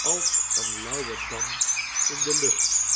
als een lauwe damp in de lucht